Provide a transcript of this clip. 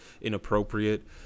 inappropriate